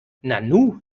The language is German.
nanu